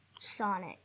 Sonic